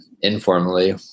informally